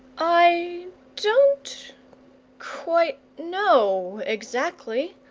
i don't quite know exactly,